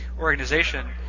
organization